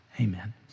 Amen